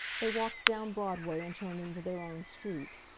they walked down broadway and turned into their own street.